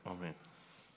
אמן.